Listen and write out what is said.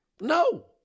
No